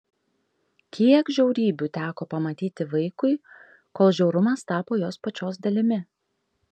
kiek žiaurybių teko pamatyti vaikui kol žiaurumas tapo jos pačios dalimi